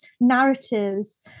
narratives